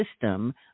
system